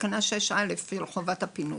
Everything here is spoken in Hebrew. בתקנה 6א חובת הפינוי.